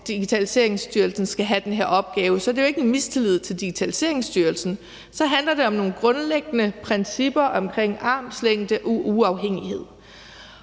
Digitaliseringsstyrelsen skal have den her opgave, er det jo ikke en mistillid til Digitaliseringsstyrelsen. Det handler om nogle grundlæggende principper om armslængde og uafhængighed.